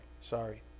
sorry